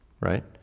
right